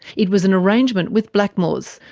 it was an arrangement with blackmores,